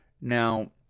Now